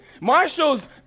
Marshall's